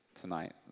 tonight